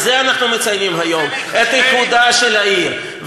את זה אנחנו מציינים היום, את איחודה של העיר.